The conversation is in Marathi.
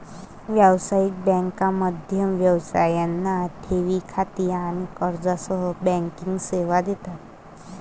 व्यावसायिक बँका मध्यम व्यवसायांना ठेवी खाती आणि कर्जासह बँकिंग सेवा देतात